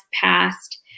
passed